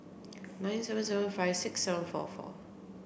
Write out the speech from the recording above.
nine zero zero five six zero four four